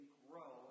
grow